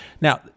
Now